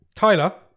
Tyler